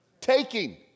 taking